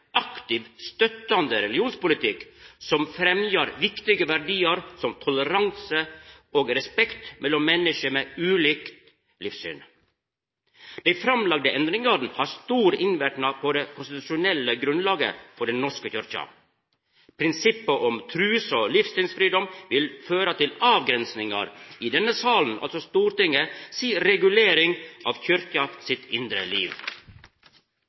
støttande religionspolitikk som fremjar viktige verdiar, som toleranse og respekt mellom menneske med ulike livssyn. Dei framlagde endringane har stor innverknad på det konstitusjonelle grunnlaget for Den norske kyrkja. Prinsippet om trus- og livssynsfridom vil føra til avgrensingar i